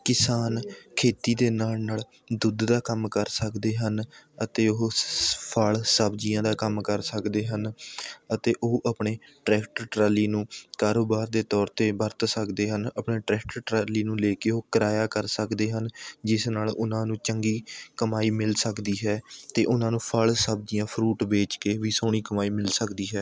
ਕਿਸਾਨ ਖੇਤੀ ਦੇ ਨਾਲ਼ ਨਾਲ਼ ਦੁੱਧ ਦਾ ਕੰਮ ਕਰ ਸਕਦੇ ਹਨ ਅਤੇ ਉਹ ਫ਼ਲ਼ ਸਬਜ਼ੀਆਂ ਦਾ ਕੰਮ ਕਰ ਸਕਦੇ ਹਨ ਅਤੇ ਉਹ ਆਪਣੇ ਟਰੈਕਟਰ ਟਰਾਲੀ ਨੂੰ ਕਾਰੋਬਾਰ ਦੇ ਤੌਰ 'ਤੇ ਵਰਤ ਸਕਦੇ ਹਨ ਆਪਣੇ ਟਰੈਕਟਰ ਟਰਾਲੀ ਨੂੰ ਲੈ ਕੇ ਉਹ ਕਿਰਾਇਆ ਕਰ ਸਕਦੇ ਹਨ ਜਿਸ ਨਾਲ਼ ਉਨ੍ਹਾਂ ਨੂੰ ਚੰਗੀ ਕਮਾਈ ਮਿਲ ਸਕਦੀ ਹੈ ਅਤੇ ਉਹਨਾਂ ਨੂੰ ਫ਼ਲ਼ ਸਬਜ਼ੀਆਂ ਫਰੂਟ ਵੇਚ ਕੇ ਵੀ ਸੋਹਣੀ ਕਮਾਈ ਮਿਲ ਸਕਦੀ ਹੈ